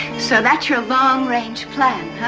so that's your long-range plan,